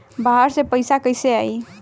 बाहर से पैसा कैसे आई?